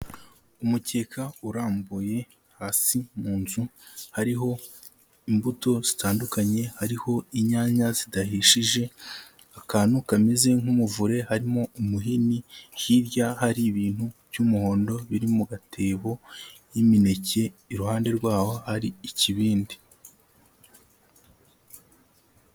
Umukeka urambuye hasi mu nzu hariho imbuto zitandukanye, hariho inyanya zidahishije, akantu kameze nk'umuvure, harimo umuhini, hirya hari ibintu by'umuhondo biri mu gatebo nk'imineke, iruhande rwaho hari ikibindi.